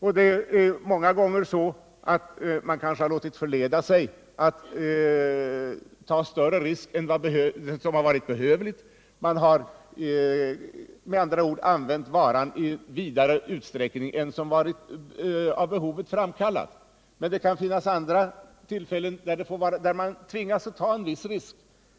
Kanske har man många gånger låtit förleda sig att ta större risker än som varit behövligt. Man har med andra ord använt varan i vidare utsträckning än som varit av behovet påkallat. Men det kan finnas andra tillfällen då man tvingas ta en viss risk.